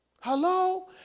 Hello